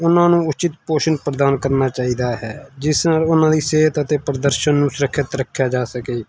ਉਹਨਾਂ ਨੂੰ ਉਚਿਤ ਪੋਸ਼ਣ ਪ੍ਰਦਾਨ ਕਰਨਾ ਚਾਹੀਦਾ ਹੈ ਜਿਸ ਨਾਲ ਉਹਨਾਂ ਦੀ ਸਿਹਤ ਅਤੇ ਪ੍ਰਦਰਸ਼ਨ ਨੂੰ ਸੁਰੱਖਿਅਤ ਰੱਖਿਆ ਜਾ ਸਕੇ